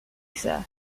sir